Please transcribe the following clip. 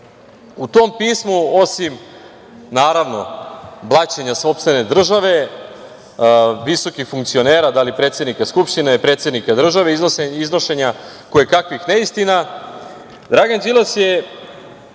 U tom pismu, osim, naravno, blaćenja sopstvene države, visokih funkcionera, da li predsednika Skupštine, da li predsednika države, iznošenja kojekakvih neistina, Dragan Đilas je